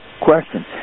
question